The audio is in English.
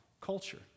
culture